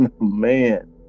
man